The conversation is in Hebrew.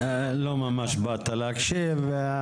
לא ממש באת להקשיב.